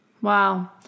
Wow